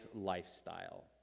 lifestyle